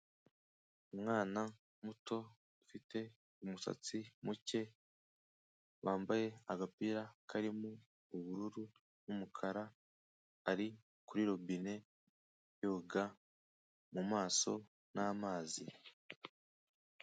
Umwana muto ufite umusatsi muke, wambaye agapira karimo ubururu n'umukara ari kuri robine yoga mu maso n'amazi.